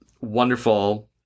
wonderful